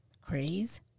craze